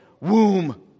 womb